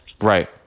right